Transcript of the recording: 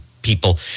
People